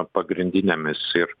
pagrindinėmis ir